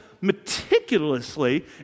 meticulously